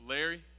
Larry